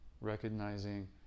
recognizing